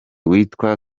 witwa